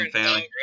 family